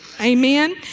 Amen